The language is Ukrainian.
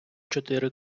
чотири